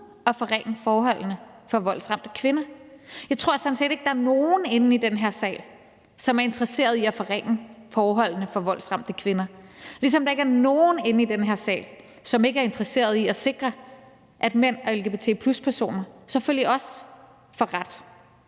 at forringe forholdene for voldsramte kvinder. Jeg tror sådan set ikke, der er nogen inde i den her sal, som er interesseret i at forringe forholdene for voldsramte kvinder, ligesom der ikke er nogen inde i den her sal, som ikke er interesseret i at sikre, at mænd og lgbt+-personer selvfølgelig også får ret